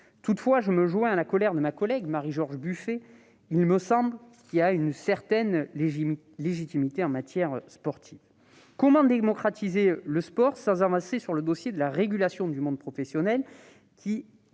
Toutefois, je me joins à la colère de ma collègue Marie-George Buffet qui, me semble-t-il, a une certaine légitimité en matière sportive. Comment démocratiser le sport sans avancer sur le dossier de la régulation du monde professionnel,